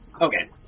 Okay